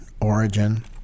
origin